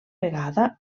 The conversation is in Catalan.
vegada